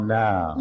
now